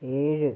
ഏഴ്